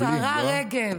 השרה רגב,